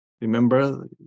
Remember